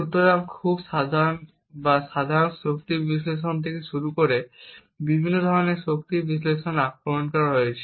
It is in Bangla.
সুতরাং খুব সাধারণ বা সাধারণ শক্তি বিশ্লেষণ থেকে শুরু করে বিভিন্ন ধরণের শক্তি বিশ্লেষণ আক্রমণ রয়েছে